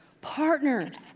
Partners